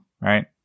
Right